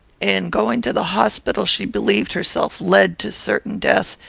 in going to the hospital, she believed herself led to certain death,